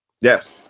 Yes